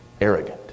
arrogant